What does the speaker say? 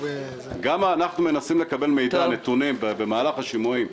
גם אנחנו מנסים לקבל מידע במהלך השימועים,